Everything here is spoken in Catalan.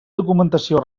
documentació